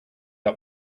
out